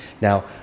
Now